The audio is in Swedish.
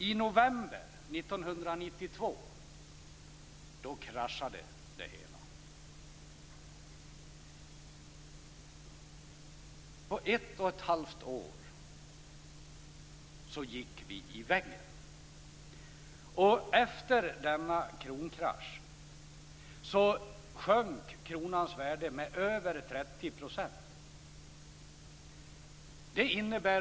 I november 1992 kraschade det hela. På ett och ett halvt år gick vi in i väggen. Efter denna kronkrasch sjönk kronans värde med över 30 %.